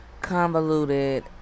convoluted